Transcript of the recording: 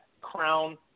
crown